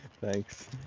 Thanks